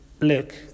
look